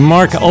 Mark